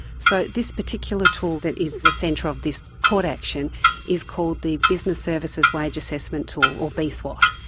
so this particular tool that is the centre of this court action is called the business services wage assessment tool, or bswat.